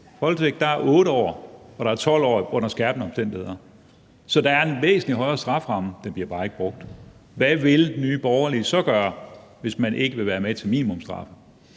voldtægt er der 8 år, og der er 12 år under skærpende omstændigheder, så der er en væsentlig højere strafferamme. Den bliver bare ikke brugt. Hvad vil Nye Borgerlige så gøre, hvis man ikke vil være med til minimumsstraffe?